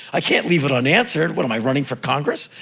i can't leave it unanswered. what am i, running for congress?